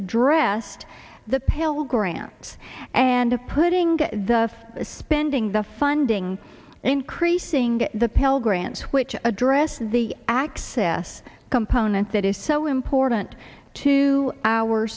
addressed the pell grants and putting the spending the funding increasing the pell grants which address the access component that is so important to our